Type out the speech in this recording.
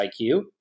IQ